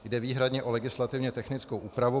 Jde výhradně o legislativně technickou úpravu.